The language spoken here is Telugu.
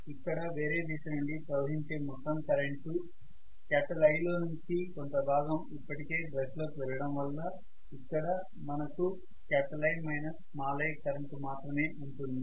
ఇక్కడ వేరే దిశ నుండి ప్రవహించే మొత్తం కరెంటు I లోనుంచి కొంత భాగం ఇప్పటికే బ్రష్ లో కి వెళ్లడం వల్ల ఇక్కడ మనకు I i కరెంటు మాత్రమే ఉంటుంది